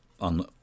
on